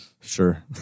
Sure